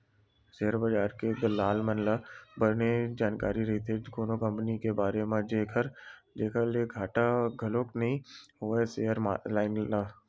share बजार के दलाल मन ल बने जानकारी रहिथे कोनो कंपनी के बारे म जेखर ले घाटा घलो नइ होवय सेयर लगइया ल